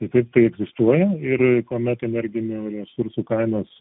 tai taip tai egzistuoja ir kuomet energinių resursų kainos